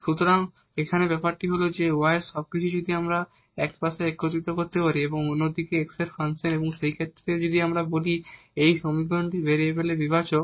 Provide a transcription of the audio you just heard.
সুতরাং এখানে ব্যাপার হল যে y এর সবকিছুই যদি আমরা একপাশে একত্রিত হতে পারি এবং অন্যদিকে x এর ফাংশন সেই ক্ষেত্রে আমরা বলি যে এই সমীকরণটি ভেরিয়েবল বিভাজক